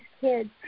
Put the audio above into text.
kids